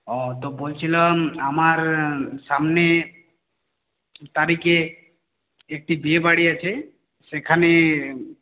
ও তো বলছিলাম আমার সামনের তারিখে একটি বিয়েবাড়ি আছে সেখানে